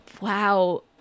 Wow